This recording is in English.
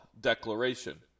declaration